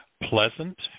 pleasant